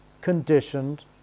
conditioned